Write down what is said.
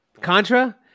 contra